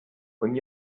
und